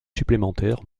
supplémentaires